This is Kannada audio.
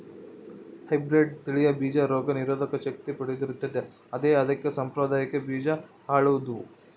ಹೈಬ್ರಿಡ್ ತಳಿಯ ಬೀಜ ರೋಗ ನಿರೋಧಕ ಶಕ್ತಿ ಪಡೆದಿರುತ್ತದೆ ಅಂತೆ ಅದಕ್ಕೆ ಸಾಂಪ್ರದಾಯಿಕ ಬೀಜ ಹಾಳಾದ್ವು